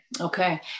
Okay